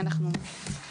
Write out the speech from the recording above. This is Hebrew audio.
תודה רבה.